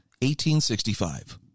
1865